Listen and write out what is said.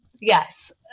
yes